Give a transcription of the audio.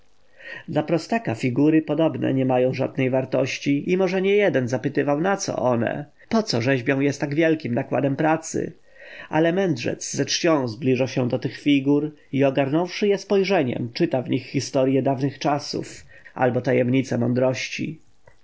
dla prostaka figury podobne nie mają żadnej wartości i może niejeden zapytywał naco one poco rzeźbią je z tak wielkim nakładem pracy ale mędrzec ze czcią zbliża się do tych figur i ogarnąwszy je spojrzeniem czyta w nich historje dawnych czasów albo tajemnice mądrości